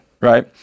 right